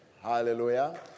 Hallelujah